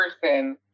person